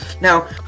Now